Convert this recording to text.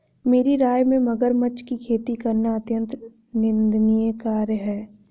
मेरी राय में मगरमच्छ की खेती करना अत्यंत निंदनीय कार्य है